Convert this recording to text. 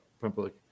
public